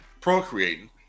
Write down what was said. procreating